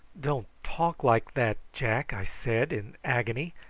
don't talk like that, jack, i said in agony,